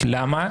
למה?